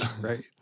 Right